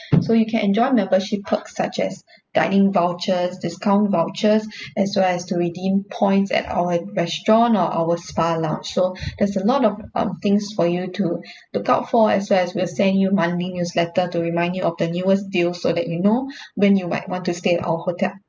so you can enjoy membership perks such as dining vouchers discount vouchers as well as to redeem points at our restaurant or our spa lah so there's a lot of um things for you to look out for as well as we'll send you monthly newsletter to remind you of the newest deal so that you know when you might want to stay at our hotel